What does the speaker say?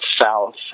south